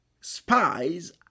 spies